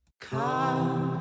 Come